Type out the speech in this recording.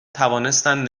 توانستند